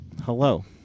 Hello